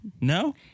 No